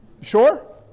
Sure